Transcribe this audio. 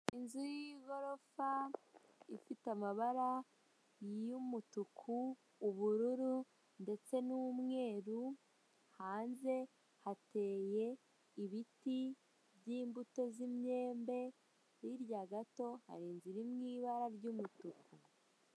Inzu y'igorofa ifite amabara y'umutuku ubururu ndetse n'umweru hanze hateye ibiti byimbuto z'imyembe, hirya gato hari inzu iri mu ibara ry'umutuku.